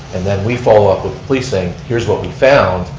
and then we follow up with police saying here's what we found,